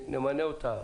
נמנה אותה.